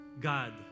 God